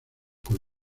con